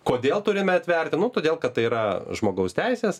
kodėl turime atverti todėl kad tai yra žmogaus teisės